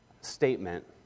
statement